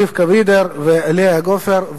לרבקה וידר ולאה גופר,